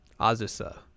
Azusa